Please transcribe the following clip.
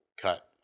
cut